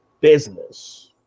business